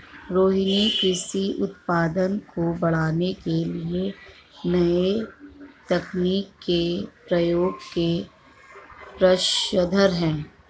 रोहिनी कृषि उत्पादन को बढ़ाने के लिए नए तकनीक के प्रयोग के पक्षधर है